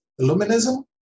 illuminism